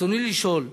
רצוני לשאול: